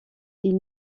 ils